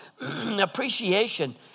appreciation